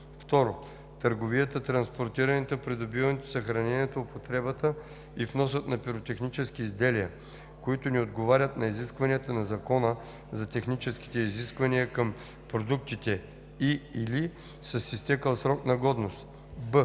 2. търговията, транспортирането, придобиването, съхранението, употребата и вносът на пиротехнически изделия, които не отговарят на изискванията на Закона за техническите изисквания към продуктите и/или са с изтекъл срок на годност;“